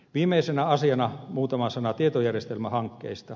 viimeisenä asiana muutama sana tietojärjestelmähankkeista